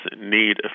need